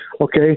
Okay